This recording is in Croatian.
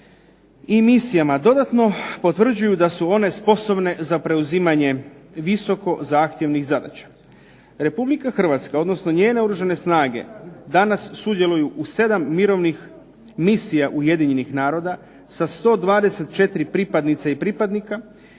i misijama dodatno potvrđuju da su one sposobne za preuzimanje visoko zahtjevnih zadaća. Republika Hrvatska odnosno njene Oružane snage danas sudjeluju u 7 mirovnih misija Ujedinjenih naroda sa 124 pripadnice i pripadnika,